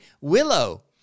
Willow